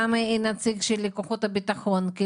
גם נציג של כוחות הביטחון.